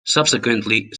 subsequently